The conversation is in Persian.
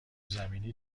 زمینی